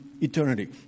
eternity